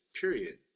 period